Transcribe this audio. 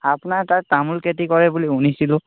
আপোনাৰ তাত তামোল খেতি কৰে বুলি শুনিছিলোঁ